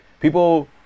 people